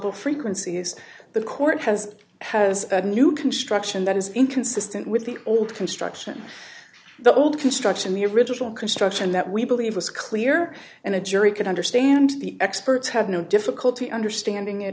audible frequencies the court has has new construction that is inconsistent with the old construction the old construction the original construction that we believe was clear and the jury could understand the experts had no difficulty understanding it